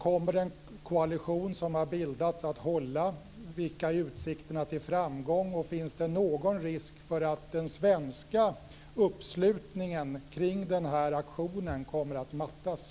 Kommer den koalition som har bildats att hålla? Vilka är utsikterna till framgång? Finns det någon risk för att den svenska uppslutningen kring den här aktionen kommer att mattas?